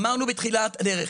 אמרנו בתחילת הדרך,